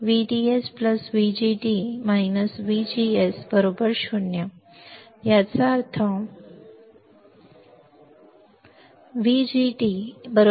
तर VDS VGD VGS 0 याचा अर्थ VGD VGS VDS